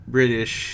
British